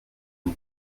une